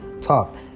talk